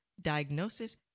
diagnosis